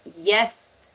yes